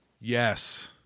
Yes